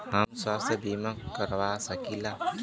हम स्वास्थ्य बीमा करवा सकी ला?